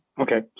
Okay